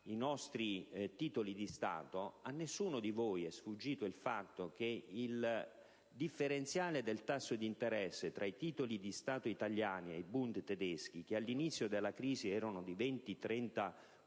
i nostri titoli di Stato, a nessuno di voi sarà sfuggito il fatto che il differenziale del tasso di interesse tra i titoli di Stato italiani e i *Bund* tedeschi, attestato all'inizio della crisi sui 20-30